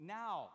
now